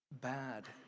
bad